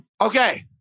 Okay